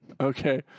Okay